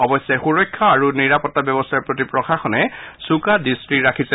অৰশ্যে সুৰক্ষা আৰু নিৰাপত্তা ব্যৱস্থাৰ প্ৰতি প্ৰশাসনে চোকা দৃষ্টি ৰাখিছে